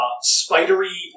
spidery